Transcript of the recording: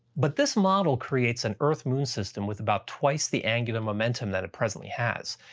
but this model creates an earth-moon system with about twice the angular momentum than it presently has.